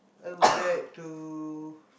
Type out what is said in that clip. I would like to